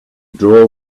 drawer